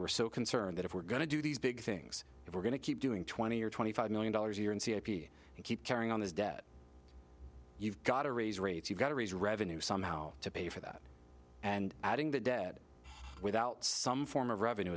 we're so concerned that if we're going to do these big things if we're going to keep doing twenty or twenty five million dollars a year in c a p you keep carrying on this debt you've got to raise rates you've got to raise revenue somehow to pay for that and adding that debt without some form of revenue